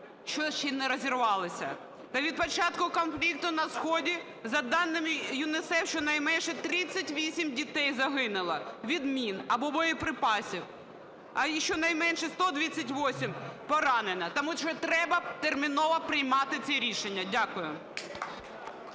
що ще не розірвалися. Та від початку конфлікту на сході за даними UNICEF щонайменше 38 дітей загинуло від мін або боєприпасів. А щонайменше 128 - поранено. Тому що треба терміново приймати ці рішення. Дякую.